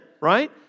right